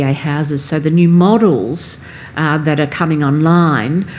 ah houses. so the new models that are coming online,